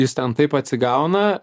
jis ten taip atsigauna